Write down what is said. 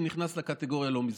הם נכנסו לקטגוריה לא מזמן.